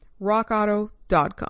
rockauto.com